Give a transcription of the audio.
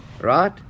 right